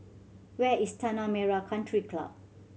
where is Tanah Merah Country Club